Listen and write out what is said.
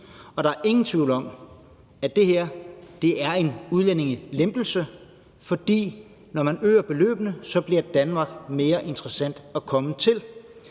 Der er ingen tvivl om, at det her er en udlændingelempelse, for når man øger beløbene, så bliver Danmark mere interessant at komme til.